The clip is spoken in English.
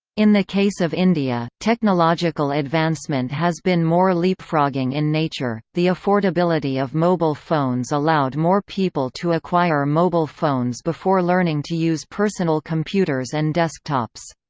in the case of india, technological advancement has been more leapfrogging in nature the affordability of mobile phones allowed more people to acquire mobile phones before learning to use personal computers and desktops.